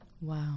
Wow